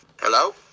Hello